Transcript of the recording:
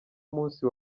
umunsi